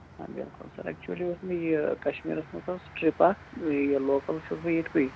آ بِلکُل sir actually اوس مےٚ یہِ کَشمیٖرَس مَنٛز ٲس ٹٕرٛپ اَکھ یہِ لوکَل چھُس بہٕ ییٚتہِ کُے